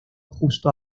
justo